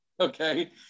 Okay